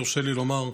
אם יורשה לי לומר,